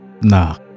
Nah